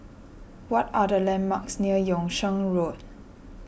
what are the landmarks near Yung Sheng Road